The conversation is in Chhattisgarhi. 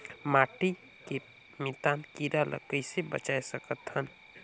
माटी के मितान कीरा ल कइसे बचाय सकत हन?